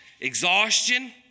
exhaustion